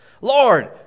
Lord